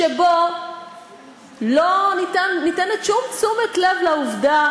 שבו לא ניתנת שום תשומת לב לעובדה